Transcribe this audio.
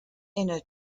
inner